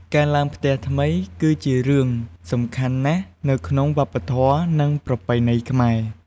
ការឡើងផ្ទះថ្មី គឺជារឿងសំខាន់ណាស់នៅក្នុងវប្បធម៌ និងប្រពៃណីខ្មែរ។